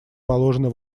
положены